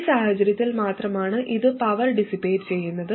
ഈ സാഹചര്യത്തിൽ മാത്രമാണ് ഇത് പവർ ഡിസിപേറ്റ് ചെയ്യുന്നത്